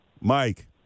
Mike